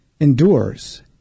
Endures